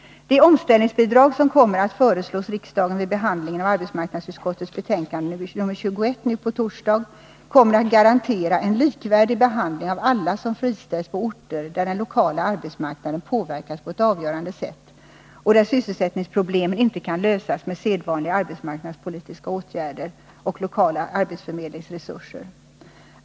Det omställningsbidrag som kommer att föreslås riksdagen vid behandlingen av arbetsmarknadsutskottets betänkande nr 21 nu på torsdag kommer att garantera en likvärdig behandling av alla som friställs på orter där den lokala arbetsmarknaden påverkas på ett avgörande sätt och där sysselsättningsproblemen inte kan lösas med sedvanliga arbetsmarknadspolitiska åtgärder och lokala arbetsförmedlingsresurser.